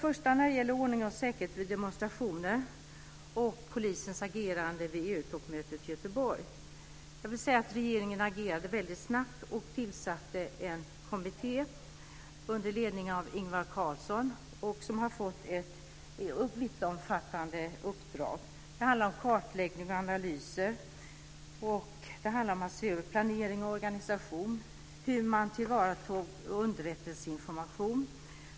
Först gäller det ordning och säkerhet vid demonstrationer och polisens agerande vid EU-toppmötet i Göteborg. Jag vill säga att regeringen agerade väldigt snabbt och tillsatte en kommitté under ledning av Ingvar Carlsson, som har fått ett vittomfattande uppdrag. Det handlar om kartläggning och analyser. Det handlar om att se över planering och organisation. Det handlar om hur man tillvaratog underrättelseinformation.